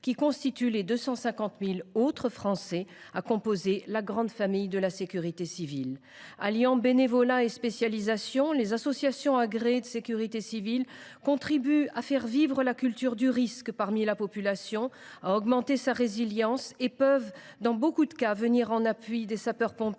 constituent les 250 000 autres Français à composer la grande famille de la sécurité civile de notre pays. Alliant bénévolat et spécialisation, les associations agréées de sécurité civile contribuent à faire vivre la culture du risque parmi la population et à augmenter sa résilience. Elles peuvent, dans certains cas, venir en appui des sapeurs pompiers